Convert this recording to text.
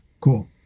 cool